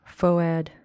Foad